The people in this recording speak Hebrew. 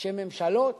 שממשלות